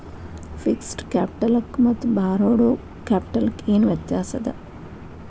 Fixed ಕ್ಯಾಪಿಟಲಕ್ಕ ಮತ್ತ borrowed ಕ್ಯಾಪಿಟಲಕ್ಕ ಏನ್ ವ್ಯತ್ಯಾಸದ?